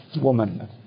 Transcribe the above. woman